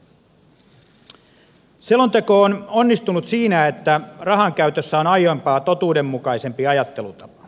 selonteko on onnistunut siinä että rahankäytössä on aiempaa totuudenmukaisempi ajattelutapa